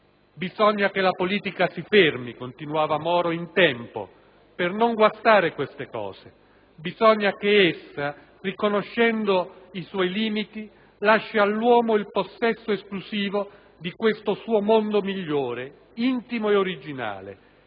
Bisogna che la politica si fermi in tempo, per non guastare queste cose: bisogna che essa, riconoscendo i suoi limiti, lasci all'uomo il possesso esclusivo di questo suo mondo migliore, intimo ed originale.